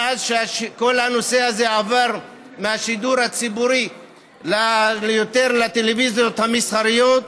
מאז שכל הנושא הזה עבר מהשידור הציבורי יותר לטלוויזיות המסחריות,